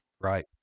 Right